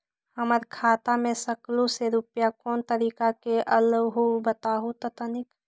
हमर खाता में सकलू से रूपया कोन तारीक के अलऊह बताहु त तनिक?